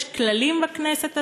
יש כללים בכנסת הזאת,